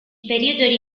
periodo